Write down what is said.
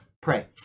pray